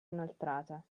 inoltrata